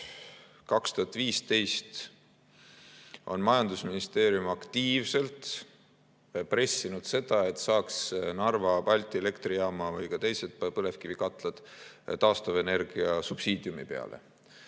2015 on majandusministeerium aktiivselt pressinud seda, et saaks Narva Balti Elektrijaama või ka teised põlevkivikatlad taastuvenergia subsiidiumi peale.